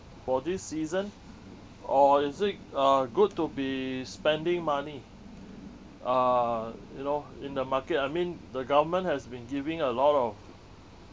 for this season or is it uh good to be spending money uh you know in the market I mean the government has been giving a lot of